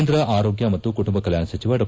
ಕೇಂದ್ರ ಆರೋಗ್ಯ ಮತ್ತು ಕುಟುಂಬ ಕಲ್ಯಾಣ ಸಚಿವ ಡಾ